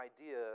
idea